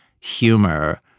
humor